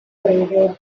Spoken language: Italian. breve